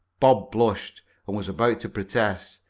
bob blushed and was about to protest,